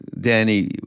Danny